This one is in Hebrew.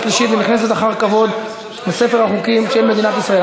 שלישית ונכנסת אחר כבוד לספר החוקים של מדינת ישראל.